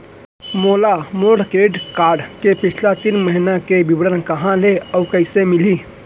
मोला मोर credit card के पिछला तीन महीना के विवरण कहाँ ले अऊ कइसे मिलही?